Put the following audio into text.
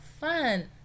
fun